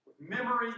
Memory